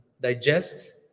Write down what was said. digest